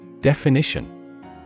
Definition